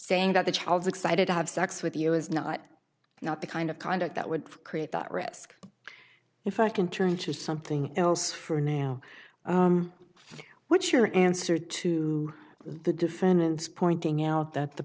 saying that the child's excited to have sex with you is not not the kind of conduct that would create that risk if i can turn to something else for now what's your answer to the defendants pointing out that the